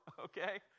okay